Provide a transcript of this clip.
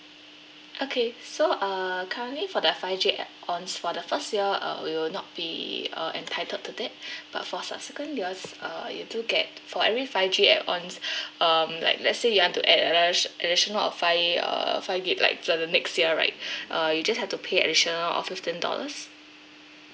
okay so uh currently for the five G add ons for the first year uh we will not be uh entitled to that but for subsequent years uh you do get for every five G add ons um like let's say you want to addition of five uh five gig like for the next year right uh you just have to pay additional of fifteen dollars